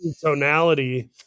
tonality